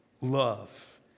love